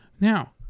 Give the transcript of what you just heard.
Now